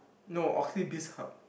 no oxyley bizhub